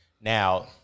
Now